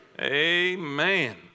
Amen